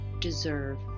deserve